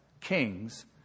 kings